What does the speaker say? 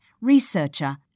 researcher